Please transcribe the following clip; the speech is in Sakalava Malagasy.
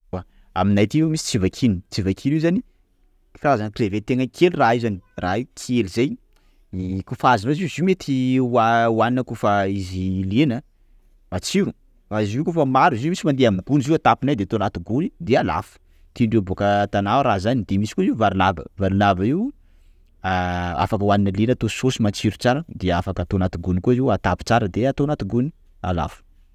Aminay aty misy tsivakina, tsivakina io zany karazana crevette tena kely raha io zany, raha io kely zay, koafa azonao zany izy io mety oahan ohanina koafa izy lena, matsiro, fa zio koafa maro zio, misy mandeha aminy gony zio atapinay, de atao anaty gony de alafo, tiany ndreo boaka a Tana ao raha zany, de misy koa izy io varilava, varilava io afaka hoanina lera atao saosy matsiro tsara, de afaka atao anaty gony koa io atapy tsara de atao anaty gony, de alafo.